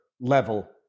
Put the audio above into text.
level